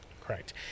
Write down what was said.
Correct